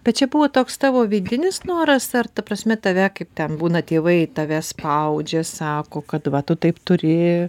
bet čia buvo toks tavo vidinis noras ar ta prasme tave kaip ten būna tėvai tave spaudžia sako kad va tu taip turi